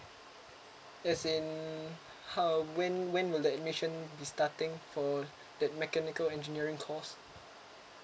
as in how when when will that admission be starting for the mechanical engineering course